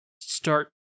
start